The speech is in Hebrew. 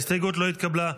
ההסתייגות לא התקבלה.